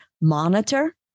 monitor